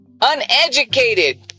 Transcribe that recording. uneducated